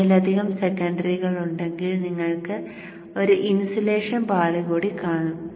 ഒന്നിലധികം സെക്കൻഡറികളുണ്ടെങ്കിൽ നിങ്ങൾക്ക് ഒരു ഇൻസുലേഷൻ പാളി കൂടി കാണും